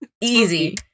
easy